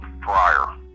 prior